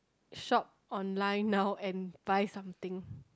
shop online now and buy something